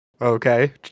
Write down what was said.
Okay